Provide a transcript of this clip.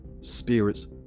spirits